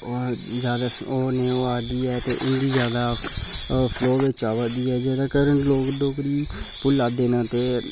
ओह् जैदा ओह् निं होआ दी ऐ ते हिंदी जैदा फ्लो बिच आवै दी ऐ ते एह्दे कारण लोक डोगरी भुल्लै दे न ते